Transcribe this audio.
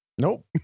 Nope